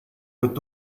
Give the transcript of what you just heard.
wird